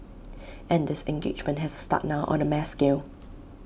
and this engagement has to start now on A mass scale